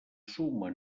suma